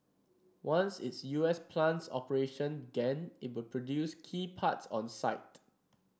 once its U S plant's operation began it would produce key parts on site